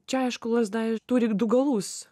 čia aišku lazda ir turi du galus